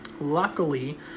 Luckily